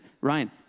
Ryan